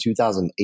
2008